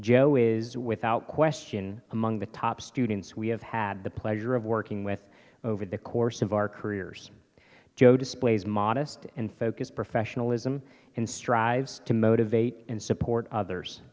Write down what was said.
joe is without question among the top students we have had the pleasure of working with over the course of our careers joe displays modest and focused professionalism in strives to motivate and support others